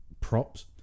props